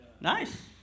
Nice